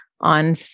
on